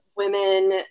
women